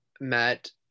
met